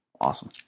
Awesome